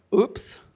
oops